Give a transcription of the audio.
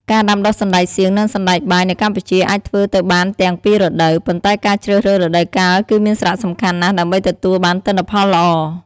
ការដាំដុះសណ្តែកសៀង និងសណ្តែកបាយនៅកម្ពុជាអាចធ្វើទៅបានទាំងពីររដូវ ប៉ុន្តែការជ្រើសរើសរដូវកាលគឺមានសារៈសំខាន់ណាស់ដើម្បីទទួលបានទិន្នផលល្អ។